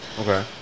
Okay